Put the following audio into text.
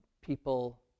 people